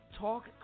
Talk